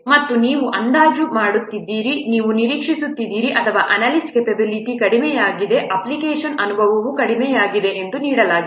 ಮತ್ತು ನೀವು ಅದನ್ನು ಅಂದಾಜು ಮಾಡುತ್ತಿದ್ದೀರಿ ನೀವು ನಿರೀಕ್ಷಿಸುತ್ತಿದ್ದೀರಿ ಅಥವಾ ಅನಾಲಿಸ್ಟ್ ಕ್ಯಾಪೆಬಿಲಿಟಿ ಕಡಿಮೆಯಾಗಿದೆ ಅಪ್ಲಿಕೇಶನ್ ಅನುಭವವೂ ಕಡಿಮೆಯಾಗಿದೆ ಎಂದು ನೀಡಲಾಗಿದೆ